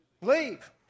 Leave